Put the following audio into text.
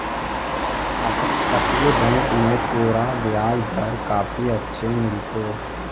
अपतटीय बैंक में तोरा ब्याज दर काफी अच्छे मिलतो